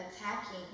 attacking